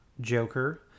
Joker